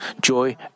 joy